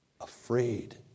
afraid